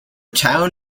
town